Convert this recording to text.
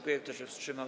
Kto się wstrzymał?